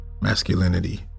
masculinity